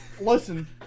Listen